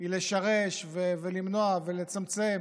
היא לשרש ולמנוע ולצמצם